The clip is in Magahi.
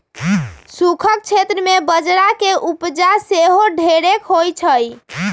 सूखक क्षेत्र में बजरा के उपजा सेहो ढेरेक होइ छइ